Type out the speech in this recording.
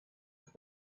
have